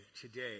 today